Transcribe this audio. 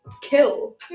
Kill